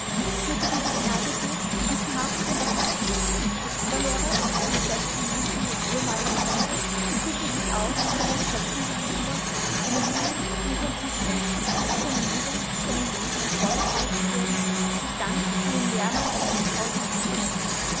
er führte dieses tagebuch gewissenhaft wie ein oberlehrer als oberlehrer mit dem schlechten gewissen des ehemaligen schülers fühlt er sich auch seinen geschöpfen gegenüber einer lulu einer franziska die zu seiner liebe zu seinem leben emporgepeitscht wurden um sich dann an ihrem lehrmeister aufs grausigste zu rächen